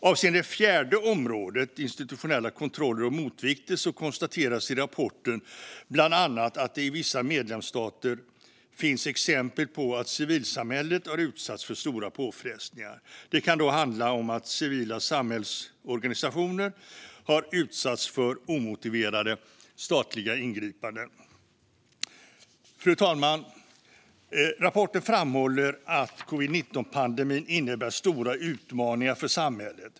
Avseende det fjärde området, institutionella kontroller och motvikter, konstateras i rapporten bland annat att det i vissa medlemsstater finns exempel på att civilsamhället har utsatts för stora påfrestningar. Det kan handla om att civila samhällsorganisationer har utsatts för omotiverade statliga ingripanden. Fru talman! Rapporten framhåller att covid-19-pandemin innebär stora utmaningar för samhället.